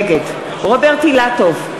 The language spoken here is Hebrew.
נגד רוברט אילטוב,